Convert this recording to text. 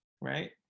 right